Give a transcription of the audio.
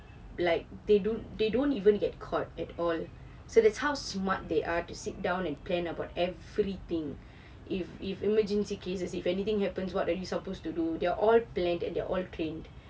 like they don't they don't even get caught at all so that's how smart they are to sit down and plan about everything if if emergency cases if anything happens what are you supposed to do they're all planned and they're all trained